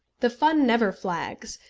the fun never flags,